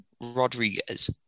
Rodriguez